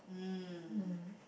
mm